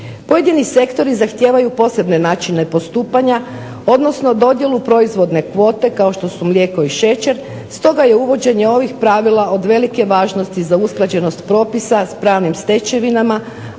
Pojedini sektori zahtijevaju posebne načine postupanja, odnosno dodjelu proizvodne kvote kao što su mlijeko i šećer stoga je uvođenje ovih pravila od velike važnosti za usklađenost propisa sa pravnim stečevinama